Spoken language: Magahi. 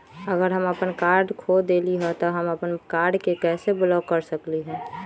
अगर हम अपन कार्ड खो देली ह त हम अपन कार्ड के कैसे ब्लॉक कर सकली ह?